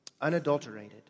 Unadulterated